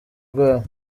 rwabo